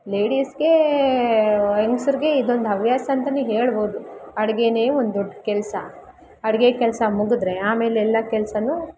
ಲೇಡೀಸ್ಗೆ ಹೆಂಗಸ್ರಿಗೆ ಇದೊಂದು ಹವ್ಯಾಸ ಅಂತ ಹೇಳ್ಬೋದು ಅಡಿಗೆ ಒಂದು ದೊಡ್ಡ ಕೆಲಸ ಅಡಿಗೆ ಕೆಲಸ ಮುಗಿದ್ರೆ ಆಮೇಲೆಲ್ಲ ಕೆಲಸ